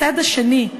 הצד השני,